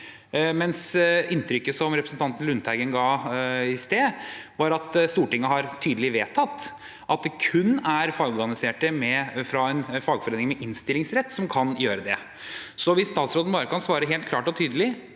inntrykket som representanten Lundteigen ga i sted, var at Stortinget tydelig har vedtatt at det kun er fagorganiserte fra en fagforening med innstillingsrett som kan gjøre det. Kan statsråden svare helt klart og tydelig